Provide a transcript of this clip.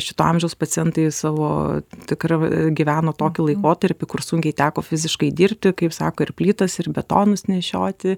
šito amžiaus pacientai savo tikrą gyveno tokį laikotarpį kur sunkiai teko fiziškai dirbti kaip sako ir plytas ir betonus nešioti